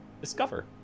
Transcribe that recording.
discover